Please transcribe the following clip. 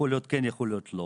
יכול להיות שכן ויכול להיות שלא.